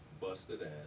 busted-ass